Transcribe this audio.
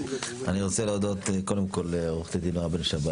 אני רוצה להודות קודם כל לעו"ד נעה בן שבת.